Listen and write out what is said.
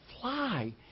fly